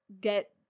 get